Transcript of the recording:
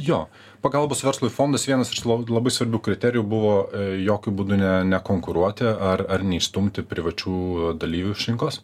jo pagalbos verslui fondas vienas labai svarbių kriterijų buvo jokiu būdu ne nekonkuruoti ar ar neišstumti privačių dalyvių iš rinkos